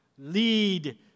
lead